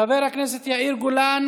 חבר הכנסת יאיר גולן,